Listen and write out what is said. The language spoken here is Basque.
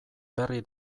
berri